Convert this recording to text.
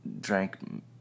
drank